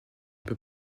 peux